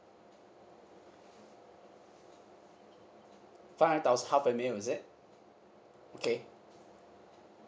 five hundred thousand half a mil is it okay